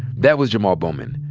that was jamaal bowman,